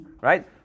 Right